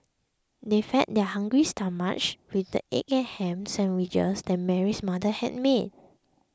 they fed their hungry stomachs with the egg and ham sandwiches that Mary's mother had made